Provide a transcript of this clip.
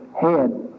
head